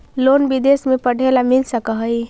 Loan विदेश में पढ़ेला मिल सक हइ?